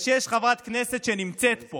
כשיש חברת כנסת שנמצאת פה